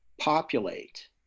populate